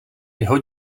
jeho